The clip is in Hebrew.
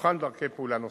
יבחן דרכי פעולה נוספות.